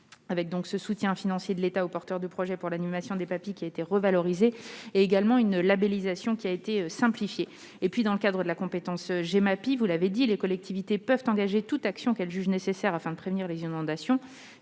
Le soutien financier de l'État aux porteurs de projets pour l'animation des PAPI a été revalorisé. Par ailleurs, la labellisation a été simplifiée. En outre, dans le cadre de la compétence Gemapi, les collectivités peuvent engager toute action qu'elles jugent nécessaire afin de prévenir les inondations,